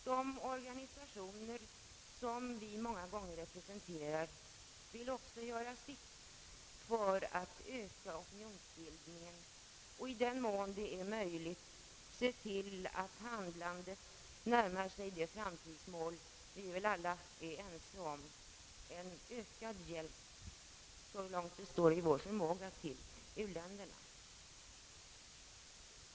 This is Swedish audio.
De organisationer som vi många gånger representerar vill också göra sitt för att öka opinionsbildningen och i den mån det är möjligt se till att handlandet närmar sig de framtidsmål, som vi väl alla är ense om — en ökad hjälp till u-länderna, så långt det står i vår förmåga.